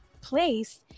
place